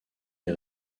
des